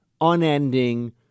unending